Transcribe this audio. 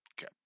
okay